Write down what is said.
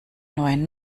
neuen